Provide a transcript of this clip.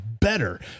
better